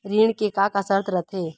ऋण के का का शर्त रथे?